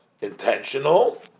intentional